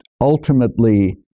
ultimately